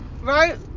right